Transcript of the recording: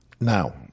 Now